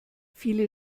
viele